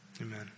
Amen